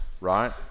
right